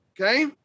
Okay